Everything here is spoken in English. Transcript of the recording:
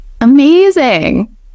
amazing